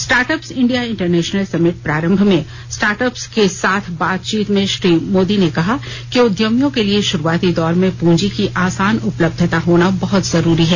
startups India international summit प्रारम्भ में startups के साथ बातचीत में श्री मोदी ने कहा कि उद्यमियों के लिए शुरूआती दौर में पूंजी की आसान उपलब्धता होना बहुत जरूरी है